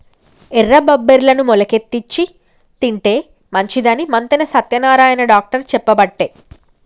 ఎర్ర బబ్బెర్లను మొలికెత్తిచ్చి తింటే మంచిదని మంతెన సత్యనారాయణ డాక్టర్ చెప్పబట్టే